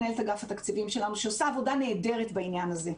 מנהלת אגף התקציבים שלנו שעושה עבודה נהדרת בעניין הזה.